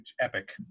epic